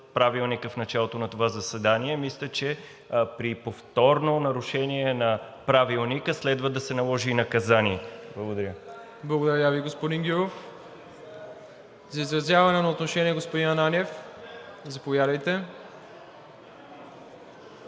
Правилника в началото на това заседание. Мисля, че при повторно нарушение на Правилника следва да се наложи наказание. Благодаря. ПРЕДСЕДАТЕЛ МИРОСЛАВ ИВАНОВ: Благодаря Ви, господин Гюров. За изразяване на отношение – господин Ананиев, заповядайте.